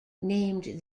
named